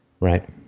Right